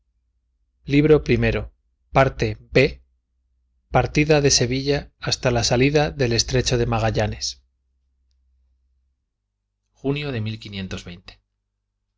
libro primero partida de sevilla hasta la salida del estrecho de magallanes libro ii